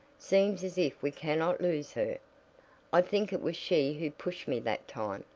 seems as if we cannot lose her i think it was she who pushed me that time,